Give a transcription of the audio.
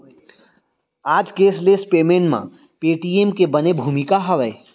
आज cashless payment म Paytm के बने भूमिका हावय